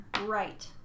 Right